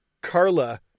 Carla